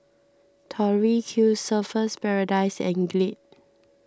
Tori Q Surfer's Paradise and Glade